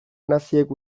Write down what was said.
naziek